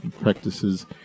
practices